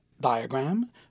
diagram